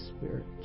Spirit